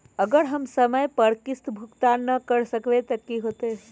अगर हम समय पर किस्त भुकतान न कर सकवै त की होतै?